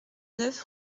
neuf